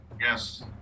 Yes